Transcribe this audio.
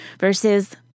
versus